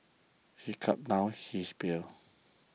he gulped down his beer